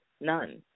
None